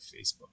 Facebook